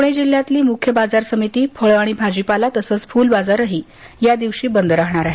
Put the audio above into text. पुणे जिल्ह्यातली मुख्य बाजार समिती फळे आणि भाजीपाला तसंच फुल बाजारही या दिवशी बंद राहणार आहे